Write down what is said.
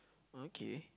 okay